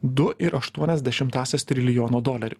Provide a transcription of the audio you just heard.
du ir aštuonias dešimtąsias trilijono dolerių